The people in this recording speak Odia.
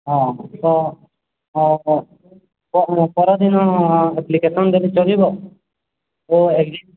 ହଁ ହଁ ତ ମୁଁ ପରଦିନ ଆପ୍ଲିକେସନ୍ ଦେଲେ ଚଲିବ ଓ ଆଜ୍ଞା